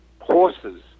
horses